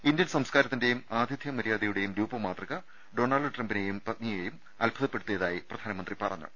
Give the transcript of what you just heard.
Indian സംസ്കാരത്തിന്റേയും ആതിഥ്യ മര്യാദയുടേയും രൂപമാ തൃക ഡോണാൾഡ് ട്രംപിനേയും പത്നിയേയും അത്ഭുതപ്പെടുത്തി യതായി പ്രധാനമന്ത്രി പറഞ്ഞു